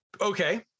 Okay